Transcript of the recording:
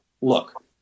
Look